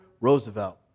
Roosevelt